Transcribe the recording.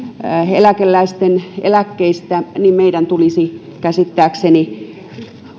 eläkeläisten eläkkeistä niin meidän tulisi käsittääkseni